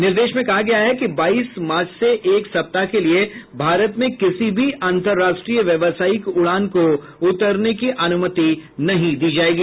निर्देश में कहा गया है कि बाईस मार्च से एक सप्ताह के लिये भारत में किसी भी अंतर्राष्ट्रीय व्यावसायिक उड़ान को उतरने की अनुमति नहीं दी जायेगी